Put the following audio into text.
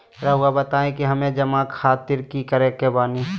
रहुआ बताइं कि हमें जमा खातिर का करे के बानी?